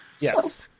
Yes